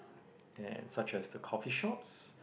and such as the coffee shops